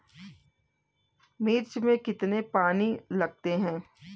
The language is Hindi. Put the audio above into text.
मिर्च में कितने पानी लगते हैं?